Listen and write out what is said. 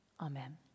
Amen